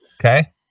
Okay